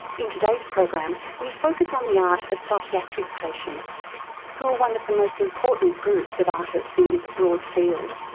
in today's program we focus on the art of psychiatric patients who are one of the most important groups of artists in this broad field.